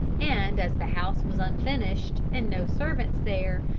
and, as the house was unfinished and no servants there,